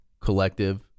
collective